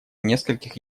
нескольких